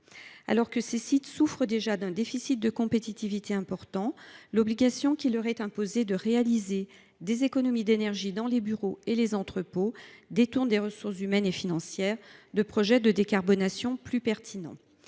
Alors que ces sites souffrent déjà d’un déficit de compétitivité important, l’obligation qui leur est imposée de réaliser des économies d’énergie dans les bureaux et les entrepôts détourne des ressources humaines et financières de projets de décarbonation plus pertinents.